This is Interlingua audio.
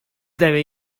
debe